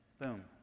Boom